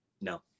No